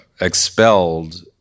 expelled